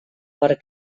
per